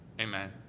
Amen